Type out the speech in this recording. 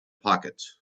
pocket